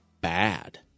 bad